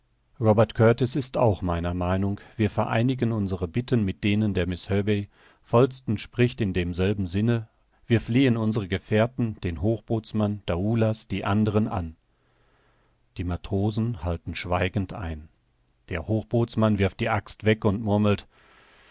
robert kurtis ist auch meiner meinung wir vereinigen unsere bitten mit denen der miß herbey falsten spricht in demselben sinne wir flehen unsere gefährten den hochbootsmann daoulas die anderen an die matrosen halten schweigend ein der hochbootsmann wirft die axt weg und murmelt